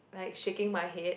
like shaking my head